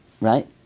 right